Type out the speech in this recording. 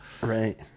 right